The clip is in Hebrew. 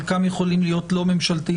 חלקם יכולים להיות לא ממשלתיים,